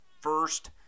first